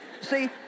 See